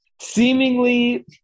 seemingly